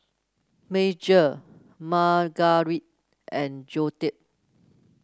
Major Margarite and Joetta